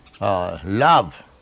love